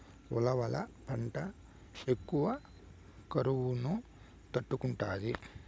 ఉలవల పంట ఎక్కువ కరువును తట్టుకుంటాది